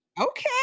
Okay